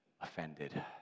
offended